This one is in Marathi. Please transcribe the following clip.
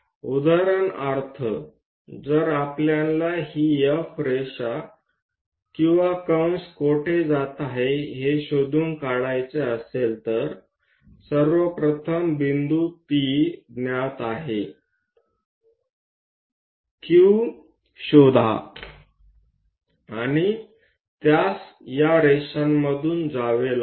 उदाहरणार्थ जर आपल्याला हि F रेषा किंवा कंस कोठे जात आहे हे शोधून काढायचे असेल तर सर्वप्रथम बिंदू P ज्ञात आहे Q शोधा आणि त्यास या रेषांमधून जावे लागेल